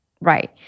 right